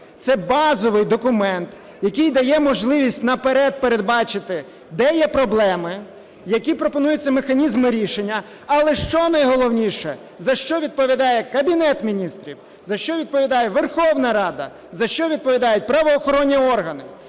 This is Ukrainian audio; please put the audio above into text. Це базовий документ, який дає можливість наперед передбачити, де є проблеми, які пропонуються механізми рішення, але, що найголовніше, за що відповідає Кабінет Міністрів, за що відповідає Верховна Рада, за що відповідають правоохоронні органи.